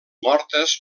mortes